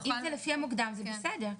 אם לפי המוקדם זה בסדר.